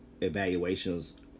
evaluations